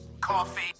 Coffee